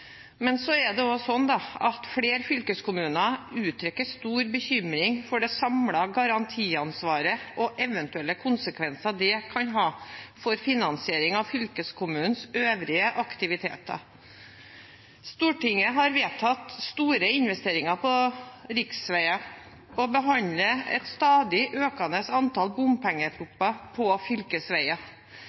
Men så er det også slik at flere fylkeskommuner uttrykker stor bekymring for det samlede garantiansvaret og eventuelle konsekvenser det kan ha for finansiering av fylkeskommunens øvrige aktiviteter. Stortinget har vedtatt store investeringer på riksveier og behandler et stadig økende antall bompengeproposisjoner om fylkesveier.